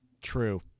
True